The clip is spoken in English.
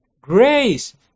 Grace